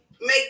make